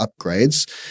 upgrades